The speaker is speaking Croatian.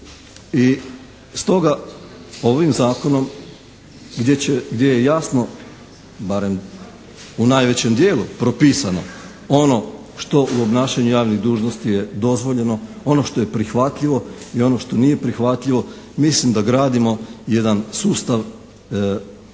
i stoga ovim zakonom gdje je jasno barem u najvećem dijelu propisano ono što u obnašanju javnih dužnosti je dozvoljeno, ono što je prihvatljivo i ono što nije prihvatljivo, mislim da gradimo jedan sustav drugačije